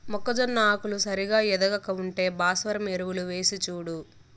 మొక్కజొన్న ఆకులు సరిగా ఎదగక ఉంటే భాస్వరం ఎరువులు వేసిచూడు